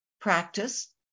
practice